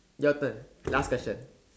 your turn last question